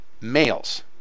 males